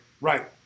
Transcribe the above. right